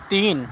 تین